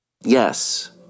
Yes